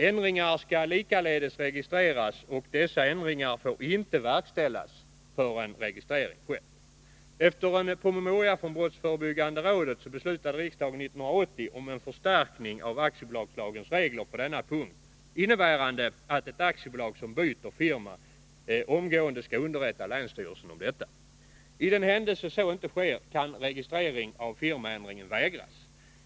Ändringar skall likaledes registreras, och dessa ändringar får inte verkställas förrän registrering har skett. Efter en promemoria från brottsförebyggande rådet beslutade riksdagen 1980 om en förstärkning av aktiebolagslagens regler på denna punkt, innebärande att ett aktiebolag som byter firma omgående skall underrätta länsstyrelsen om detta. I den händelse att så inte sker kan registrering av firmaändringen vägras.